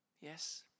Yes